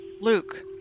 Luke